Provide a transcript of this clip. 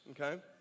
okay